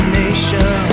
nation